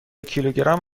کیلوگرم